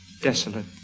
desolate